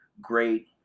great